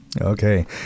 Okay